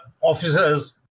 officers